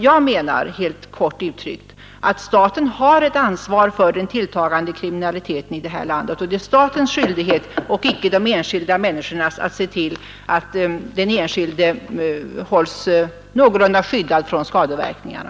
Jag menar helt kort uttryckt att staten har ett ansvar för den tilltagande kriminaliteten i landet, och det är statens skyldighet och inte de enskilda människornas att se till att de hålls någorlunda skyddade för skadeverkningarna.